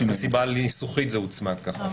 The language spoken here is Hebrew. רק מסיבה ניסוחית המילים האלה הוצמדו כך.